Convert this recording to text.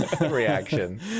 reaction